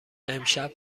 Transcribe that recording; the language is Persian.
امشب